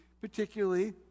particularly